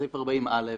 סעיף 40א,